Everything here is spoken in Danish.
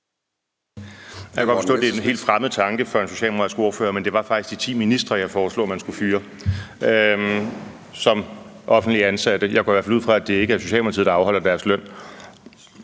Jeg kan godt forstå, at det er en helt fremmed tanke for en socialdemokratisk ordfører, men det var faktisk de 10 ministre som offentligt ansatte, jeg foreslog at man skulle fyre. Jeg går i hvert fald ud fra, at det ikke er Socialdemokratiet, der afholder deres løn.